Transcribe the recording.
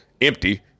empty